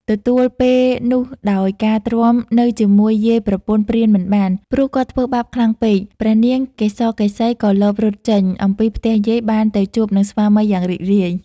ទទួលពេលនោះដោយការទ្រាំនៅជាមួយយាយប្រពន្ធព្រានមិនបាន ព្រោះគាត់ធ្វើបាបខ្លាំងពេក ព្រះនាងកេសកេសី ក៏លបរត់ចេញ អំពីផ្ទះយាយ បានទៅជួបនឹងស្វាមីយ៉ាងរីករាយ។